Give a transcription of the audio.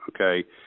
Okay